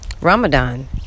Ramadan